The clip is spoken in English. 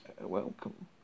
welcome